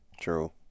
True